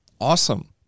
awesome